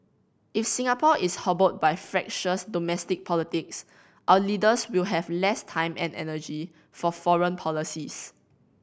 if Singapore is hobbled by fractious domestic politics our leaders will have less time and energy for foreign policies